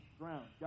ground